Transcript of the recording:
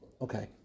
Okay